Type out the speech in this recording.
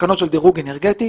תקנות של דירוג אנרגטי